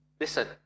listen